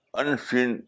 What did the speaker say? unseen